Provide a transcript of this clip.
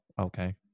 Okay